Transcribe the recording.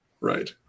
Right